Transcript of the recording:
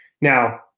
Now